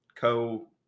co